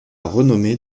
renommée